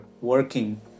working